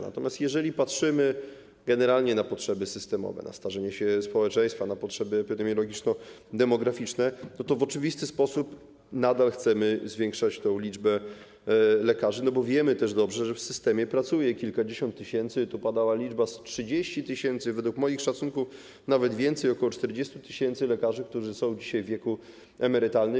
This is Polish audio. Natomiast jeżeli patrzymy generalnie na potrzeby systemowe, na starzenie się społeczeństwa, na potrzeby epidemiologiczno-demograficzne, to w oczywisty sposób nadal chcemy zwiększać tę liczbę lekarzy, bo dobrze też wiemy, że w systemie pracuje kilkadziesiąt tysięcy - tu padała liczba 30 tys., według moich szacunków to nawet więcej, ok. 40 tys. - lekarzy, którzy są dzisiaj w wieku emerytalnym.